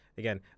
again